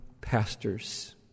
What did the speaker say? pastors